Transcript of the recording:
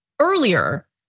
earlier